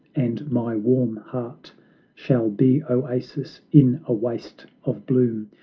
and my warm heart shall be oasis in a waste of bloom.